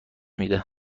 میده